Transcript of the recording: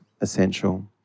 essential